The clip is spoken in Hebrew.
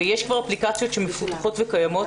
ויש כבר אפליקציות שמפותחות וקיימות,